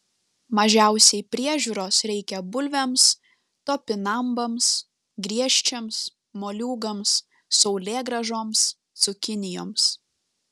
mažiausiai priežiūros reikia bulvėms topinambams griežčiams moliūgams saulėgrąžoms cukinijoms